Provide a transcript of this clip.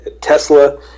Tesla